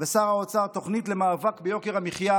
ושר האוצר תוכנית למאבק ביוקר המחיה,